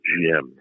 GM